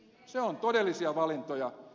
siinä on todellisia valintoja